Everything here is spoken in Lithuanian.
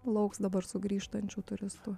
lauks dabar sugrįžtančių turistų